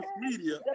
media